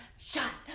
shot.